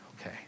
Okay